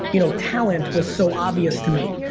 you know talent was so obvious to me,